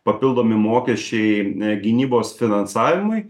papildomi mokesčiai gynybos finansavimui